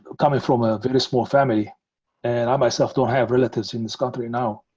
coming from a very small family and i myself don't have relatives in this country now.